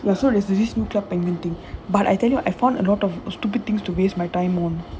ya so there's the this new club penguin thing but I tell you what I found a lot of stupid things to waste my time on